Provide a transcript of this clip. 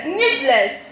needless